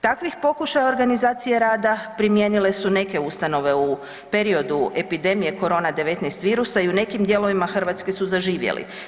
Takvih pokušaja organizacije rada primijenile su neke ustanove u periodu epidemije korona 19 virusa i u nekim dijelovima Hrvatske su zaživjeli.